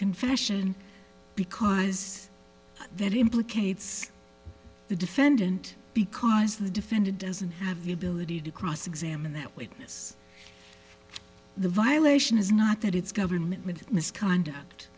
confession because that implicates the defendant because the defendant doesn't have the ability to cross examine that witness the violation is not that it's government with misconduct